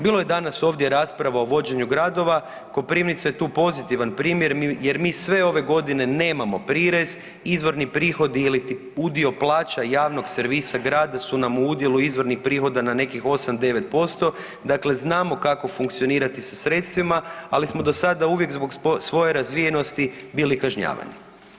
Bilo je danas ovdje rasprave o vođenju gradova, Koprivnica je tu pozitivan primjer jer mi sve ove godine nemamo prirez, izvorni prihodi ili udio plaća javnog servisa grada su nam u udjelu izvornih prihoda na nekih 8, 9%, dakle znamo kako funkcionirati sa sredstvima, ali smo do sada uvijek zbog svoje razvijenosti bili kažnjavani.